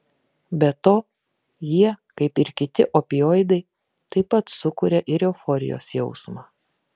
be to jie kaip ir kiti opioidai taip pat sukuria ir euforijos jausmą